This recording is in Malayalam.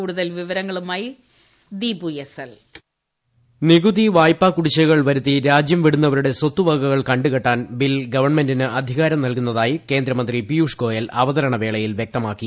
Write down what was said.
കൂടുതൽ വിവരങ്ങളുമായി ദീപു എസ് എൽ വോയിസ് നികുതി വായ്പ കുടിശ്ശികകൾ വരുത്തി രാജ്യം വിടുന്നവരുടെ സ്വത്തുവകകൾ ക ുകെട്ടാൻ ബിൽ ഗവൺമെന്റിന് അധികാരം നൽകുന്നതായി കേന്ദ്രമന്ത്രി പീയുഷ് ഗോയൽ അവതരണ വേളയിൽ വ്യക്തമാക്കി